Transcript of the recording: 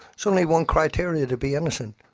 so only one criterion, to be innocent,